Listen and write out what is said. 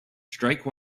strike